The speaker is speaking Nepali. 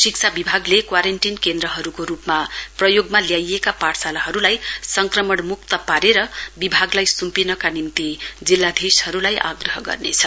शिक्षा विभागले क्वारेन्टीन केन्द्रहरूको रूपमा प्रयोगमा ल्याइएका पाठशालाहरूलाई संक्रमणमुक्त पारेर विभागलाई सुम्पिनुका निम्ति जिल्लाधीशलाई आग्रह गर्नेछ